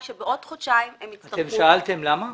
את שאלתם למה?